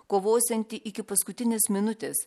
kovosianti iki paskutinės minutės